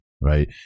right